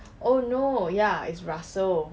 oh no ya is russell